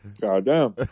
Goddamn